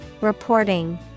Reporting